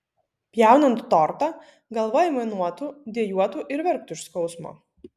pjaunant tortą galva aimanuotų dejuotų ir verktų iš skausmo